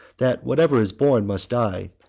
that whatever is born must die,